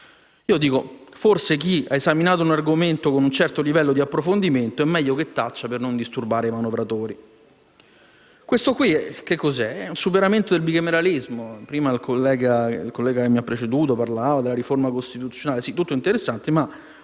temi. Forse chi ha esaminato un argomento con un certo livello di approfondimento è meglio che taccia, per non disturbare i manovratori. Che cos'è questo? È il superamento del bicameralismo? Il collega che mi ha preceduto ha parlato della riforma costituzionale: tutto molto interessante, ma